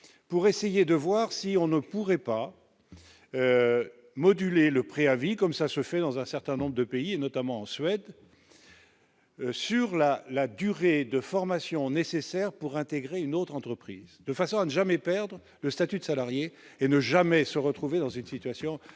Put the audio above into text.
pour essayer de voir si on ne pourrait pas moduler le préavis comme ça se fait dans un certain nombre de pays et notamment en Suède sur la la durée de formation nécessaire pour intégrer une autre entreprise de façon à ne jamais perdre le statut de salarié et ne jamais se retrouver dans une situation